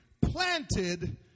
planted